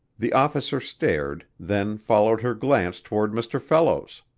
the officer stared, then followed her glance toward mr. fellows.